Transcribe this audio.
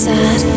Sad